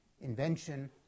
invention